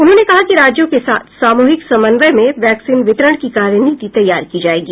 उन्होंने कहा कि राज्यों के साथ सामूहिक समन्वय में वैक्सीन वितरण की कार्यनीति तैयार की जाएगी